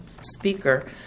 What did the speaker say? speaker